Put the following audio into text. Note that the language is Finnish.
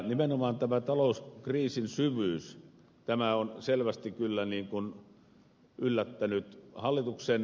nimenomaan tämän talouskriisin syvyys on selvästi kyllä yllättänyt hallituksen